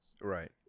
Right